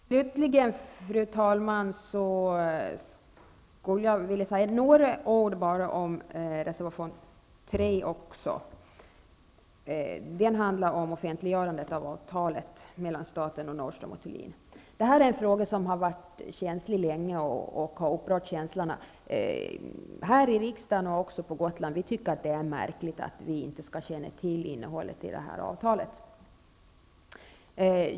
Slutligen, fru talman, vill jag säga endast några ord om reservation 3, som handlar om offentliggörande av avtalet mellan staten och Nordström & Thulin. Det här är en fråga som länge varit aktuell och som upprört känslorna här i riksdagen och även på Gotland. Vi tycker det är märkligt att vi inte skall känna till innehållet i avtalet.